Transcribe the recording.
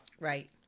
Right